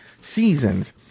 seasons